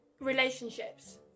relationships